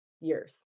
years